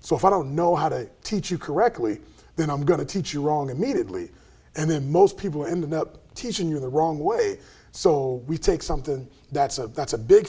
so if i don't know how to teach you correctly then i'm going to teach you wrong immediately and then most people end up teaching you the wrong way so we take something that's a that's a big